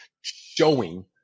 showing